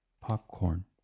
Popcorn